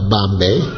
Bombay